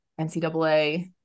NCAA